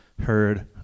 heard